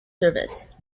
service